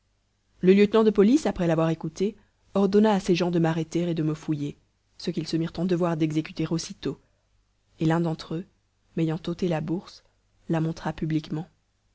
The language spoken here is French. le lieutenant de police après l'avoir écouté ordonna à ses gens de m'arrêter et de me fouiller ce qu'ils se mirent en devoir d'exécuter aussitôt et l'un d'entre eux m'ayant ôté la bourse la montra publiquement